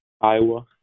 Iowa